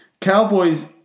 Cowboys